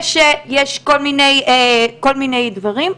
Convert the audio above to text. יש כל מיני דברים.